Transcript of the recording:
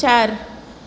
ચાર